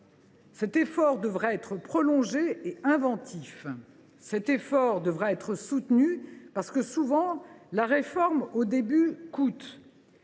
Cet effort devra être prolongé et inventif. Il devra aussi être soutenu parce que, souvent, la réforme au début coûte.